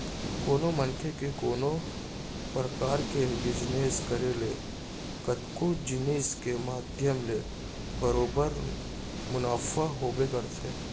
कोनो मनसे के कोनो परकार के बिजनेस करे ले कतको जिनिस के माध्यम ले बरोबर मुनाफा होबे करथे